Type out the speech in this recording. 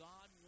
God